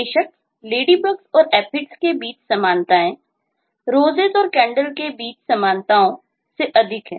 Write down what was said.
बेशक Ladybugs और Aphids के बीच समानताएं Roses और Candles के बीच समानताओ से अधिक हैं